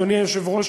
אדוני היושב-ראש,